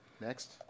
Next